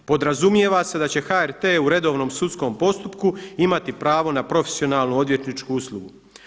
Podrazumijeva se da će HRT u redovnom sudskom postupku imati pravo na profesionalnu odvjetničku uslugu.